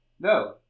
No